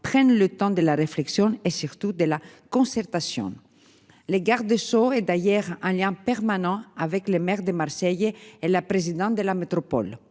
prenne le temps de la réflexion et surtout de la concertation. Les garde des Sceaux et d'ailleurs un lien permanent avec les maires des Marseillais est la présidente de la métropole